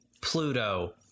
Pluto